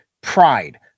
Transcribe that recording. pride